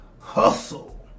Hustle